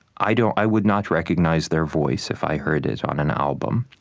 i don't i would not recognize their voice if i heard it on an album.